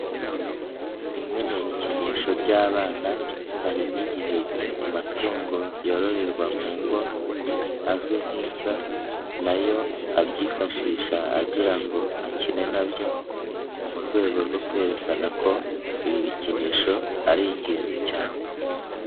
Bimwe mu bikinisho by'abana hari n'igihe amatungo yororerwa mu ngo azwi nk'imbwa na yo abyifashisha agira ngo akine na byo mu rwego rwo kwerekana ko ibi bikinisho ari ingenzi cyane.